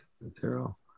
material